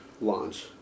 launch